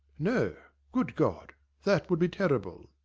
no good god that would be terrible!